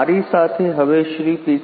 મારી સાથે હવે શ્રી પી